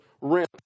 rent